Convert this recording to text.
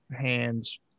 hands